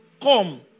Come